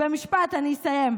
במשפט, אני אסיים.